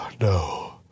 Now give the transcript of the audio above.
no